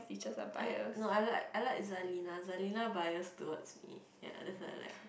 I no I like I like Zalina Zalina bias towards me ya that's why I like